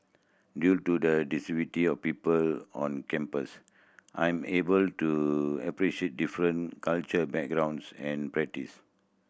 due to the of people on campus I am able to appreciate different cultural backgrounds and practice